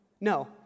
No